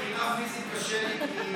מבחינה פיזית קשה לי,